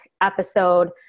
episode